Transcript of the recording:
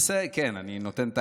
אני נותן את ההקדמה.